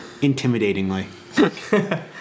intimidatingly